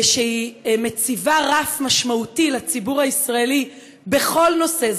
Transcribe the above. שמציבה רף משמעותי לציבור הישראלי בכל נושא,